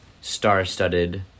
Star-studded